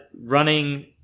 running